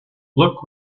look